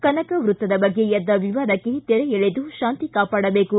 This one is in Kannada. ಕನಕ ವೃತ್ತದ ಬಗ್ಗೆ ಎದ್ದ ವಿವಾದಕ್ಕೆ ತೆರೆ ಎಳೆದು ಶಾಂತಿ ಕಾಪಾಡಬೇಕು